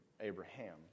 Abraham